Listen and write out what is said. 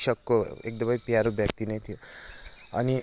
शिक्षकको एकदमै प्यारो व्यक्ति नै थिएँ अनि